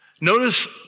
Notice